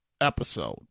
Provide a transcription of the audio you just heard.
episode